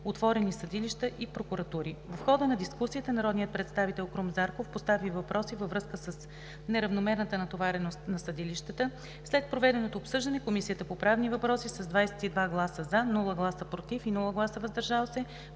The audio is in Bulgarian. Отворени съдилища и прокуратури“. В хода на дискусията народният представител Крум Зарков постави въпроси във връзка с неравномерната натовареност на съдилищата. След проведеното обсъждане Комисията по правни въпроси с 22 гласа „за“, без „против“ и „въздържал се“